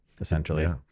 essentially